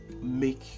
make